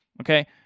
Okay